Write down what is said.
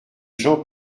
jean